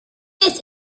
this